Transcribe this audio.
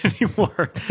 anymore